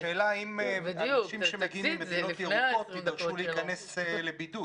--- השאלה היא אם אנשים שמגיעים ממדינות ירוקות יידרשו להיכנס לבידוד.